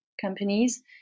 companies